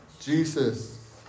Jesus